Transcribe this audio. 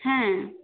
হ্যাঁ